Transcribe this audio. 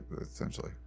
essentially